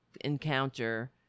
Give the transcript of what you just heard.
encounter